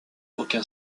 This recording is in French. aucun